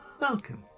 Welcome